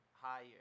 higher